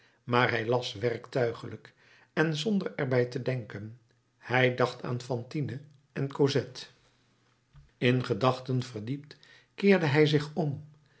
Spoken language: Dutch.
maar hij las werktuiglijk en zonder er bij te denken hij dacht aan fantine en cosette in gedachten verdiept keerde hij zich om